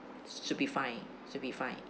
should be fine should be fine